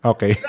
Okay